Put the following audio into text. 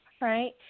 right